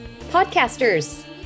podcasters